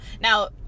Now